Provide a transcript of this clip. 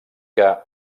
que